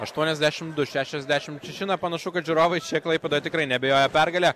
aštuoniasdešimt du šešiasdešimt šeši na panašu kad žiūrovai čia klaipėdoje tikrai neabejoja pergale